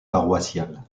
paroissiale